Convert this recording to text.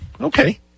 Okay